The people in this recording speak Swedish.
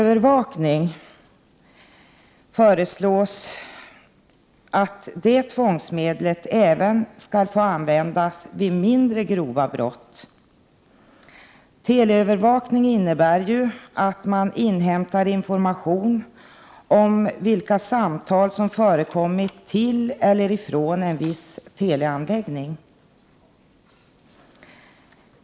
Vidare föreslås att tvångsmedlet teleövervakning även skall få användas vid mindre grova brott. Teleövervakning innebär att information inhämtas om vilka samtal som har förekommit till eller från en viss teleanläggning.